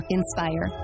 Inspire